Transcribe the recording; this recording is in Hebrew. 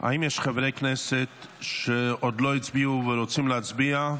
האם יש חברי כנסת שעוד לא הצביעו ורוצים להצביע?